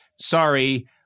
sorry